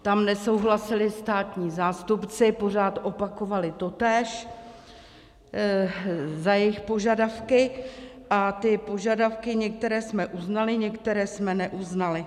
Tam nesouhlasili státní zástupci, pořád opakovali totéž za jejich požadavky, a ty požadavky, některé jsme uznali, některé jsme neuznali.